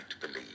believe